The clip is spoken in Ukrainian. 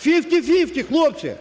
Фіфті-фіфті, хлопці!